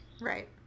Right